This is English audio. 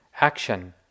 action